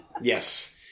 Yes